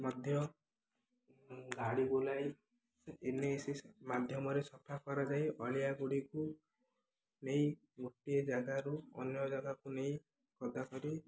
ମଧ୍ୟ ଗାଡ଼ି ବୁଲାଇ ଏନ ଏ ସି ମାଧ୍ୟମରେ ସଫା କରାଯାଇ ଅଳିଆ ଗୁଡ଼ିକୁ ନେଇ ଗୋଟିଏ ଜାଗାରୁ ଅନ୍ୟ ଜାଗାକୁ ନେଇ ଗଦା କରି